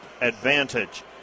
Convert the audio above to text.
advantage